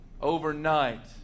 overnight